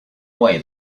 away